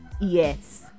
Yes